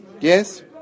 Yes